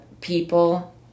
people